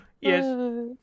Yes